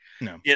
No